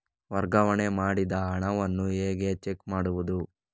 ವರ್ಗಾವಣೆ ಮಾಡಿದ ಹಣವನ್ನು ಹೇಗೆ ಚೆಕ್ ಮಾಡುವುದು?